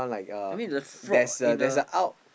I mean the frog in a